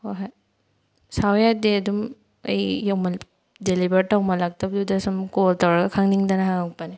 ꯍꯣꯏ ꯍꯣꯏ ꯁꯥꯎ ꯌꯥꯗꯦ ꯑꯗꯨꯝ ꯑꯩ ꯗꯦꯂꯤꯕꯔ ꯇꯧꯃꯜꯂꯛꯇꯕꯗꯨꯗ ꯁꯨꯝ ꯀꯣꯜ ꯇꯧꯔꯒ ꯈꯪꯅꯤꯡꯗꯅ ꯍꯪꯂꯛꯄꯅꯦ